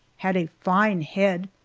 had a fine head,